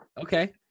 Okay